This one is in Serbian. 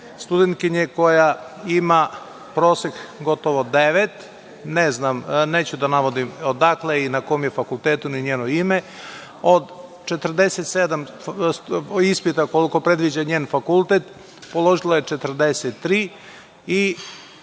studentkinje koja ima prosek gotovo devet. Neću navoditi odakle je i njeno ime, od 47 ispita koliko predviđa njen fakultet, položila je 43 i